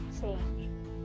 change